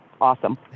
awesome